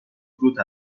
رود